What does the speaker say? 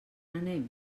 anem